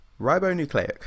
ribonucleic